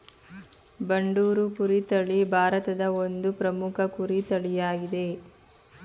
ಬಂಡೂರು ಕುರಿ ತಳಿ ಭಾರತದ ಒಂದು ಪ್ರಮುಖ ಕುರಿ ತಳಿಯಾಗಿದೆ